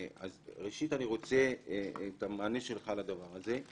ראשית, אני רוצה את המענה שלך לדבר הזה.